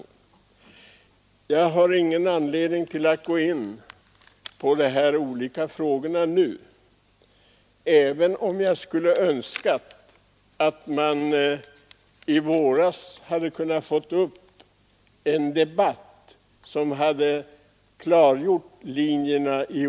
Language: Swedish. Jag har ingen anledning att nu gå in på dessa olika frågor, även om jag skulle önskat att man i våras hade kunnat få en debatt som klargjort linjerna.